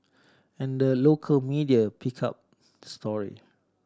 and the local media picked up story